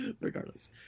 regardless